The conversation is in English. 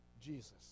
Jesus